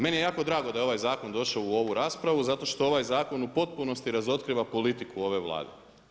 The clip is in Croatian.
Meni je jako drago da je ovaj zakon došao u ovu raspravu, zato što ovaj zakon u potpunosti razotkriva politiku ove Vlade.